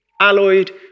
alloyed